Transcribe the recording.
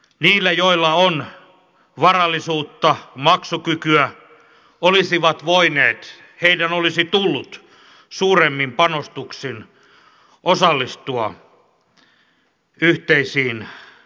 niiden joilla on varallisuutta maksukykyä olisi tullut suuremmin panostuksin osallistua yhteisiin talkoisiin